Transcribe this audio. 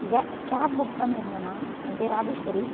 gap book பண்ணியிருந்த அண்ணா என் பேயர் ராஜேஸ்வரி